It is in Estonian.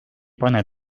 pane